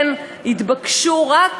כן, יתבקשו רק